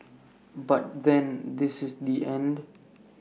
but then this is the end